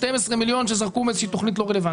12 מיליון שזרקו מאיזושהי תכנית לא רלוונטית.